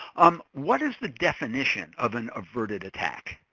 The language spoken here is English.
um what is the definition of an averted attack?